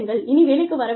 இனி வேலைக்கு வர வேண்டாம்